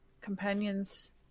companions